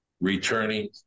returning